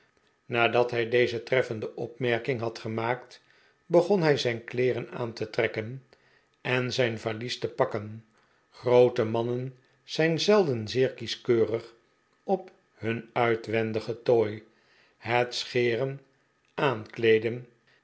nadat hij deze treffende opmerking had gemaakt begon hij zijn kleeren aan te trekken en zijn valies te pakken groote mannen zijn zelden zeer kieskeurig on hun uitwendigen tooi het scheren aankleeden